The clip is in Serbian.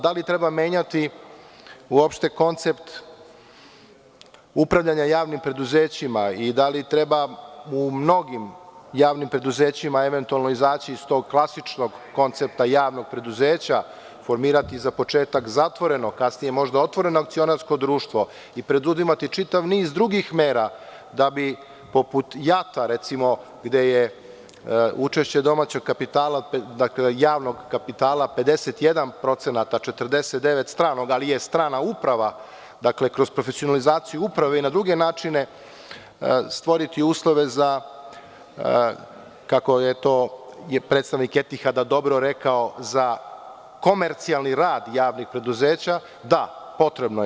Da li treba menjati koncept upravljanja javnim preduzećima i da li treba u mnogim javnim preduzećima eventualno izaći iz tog klasičnog koncepta javnog preduzeća, formirati za početak zatvoreno a kasnije možda otvoreno akcionarsko društvo i preduzimati čitav niz drugih mera da bi, poput JAT-a, recimo, gde je učešće domaćeg kapitala, javnog kapitala, 51% a 49% stranog, ali je strana uprava, dakle, kroz profesionalizaciju uprave i na druge načine stvoriti uslove za, kako je to predstavnik „Etihada“ dobro rekao, za komercijalni rad javnih preduzeća – da, potrebno je.